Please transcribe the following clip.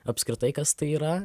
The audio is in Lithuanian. apskritai kas tai yra